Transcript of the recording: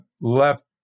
left